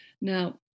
Now